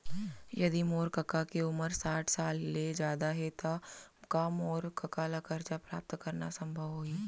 यदि मोर कका के उमर साठ साल ले जादा हे त का मोर कका ला कर्जा प्राप्त करना संभव होही